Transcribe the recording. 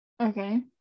Okay